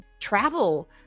travel